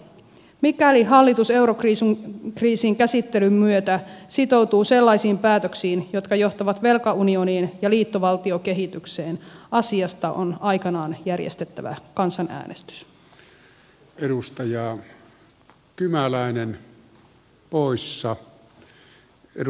mikäli hallitus eurokriisin käsittelyn myötä sitoutuu sellaisiin päätöksiin jotka johtavat velkaunioniin ja liittovaltiokehitykseen asiasta on aikanaan järjestettävä kansanäänestys